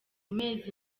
mezi